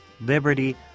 Liberty